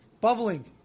bubbling